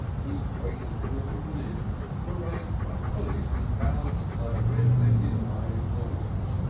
whose great wooden lids were raised by pulleys and balanced by red-painted iron balls.